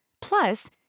Plus